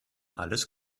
alles